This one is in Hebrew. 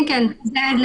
כן, כן.